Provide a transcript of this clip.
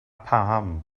paham